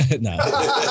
No